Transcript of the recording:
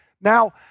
Now